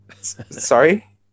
Sorry